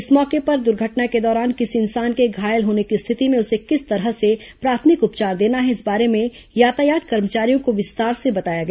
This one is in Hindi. इस मौके पर दुर्घटना के दौरान किसी इंसान के घायल होने की रिथति में उसे किस तरह से प्राथमिक उपचार देना है इस बारे में यातायात कर्मचारियों को विस्तार से बताया गया